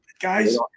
guys